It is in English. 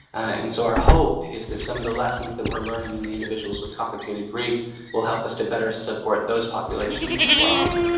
and so our hope is that some of the lessons that we are learning in the individuals with complicated grief will help us to better support those populations as well.